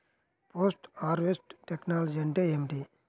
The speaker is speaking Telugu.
పోస్ట్ హార్వెస్ట్ టెక్నాలజీ అంటే ఏమిటి?